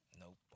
Nope